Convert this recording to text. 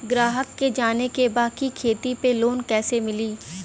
ग्राहक के जाने के बा की खेती पे लोन कैसे मीली?